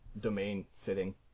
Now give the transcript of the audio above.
domain-sitting